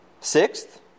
Sixth